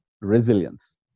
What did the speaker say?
resilience